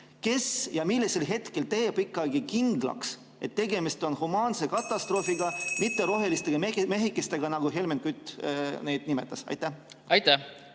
Kes ja millisel hetkel teeb ikkagi kindlaks, et tegemist on sellise katastroofiga, mitte roheliste mehikestega, nagu Helmen Kütt neid nimetas? Aitäh!